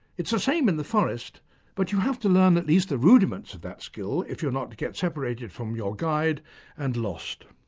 it's the same in the forest but you have to learn at least the rudiments of that skill if you're not to get separated from your guide and lost.